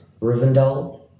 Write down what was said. Rivendell